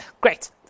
Great